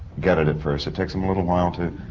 get it at first. it takes them a little while to.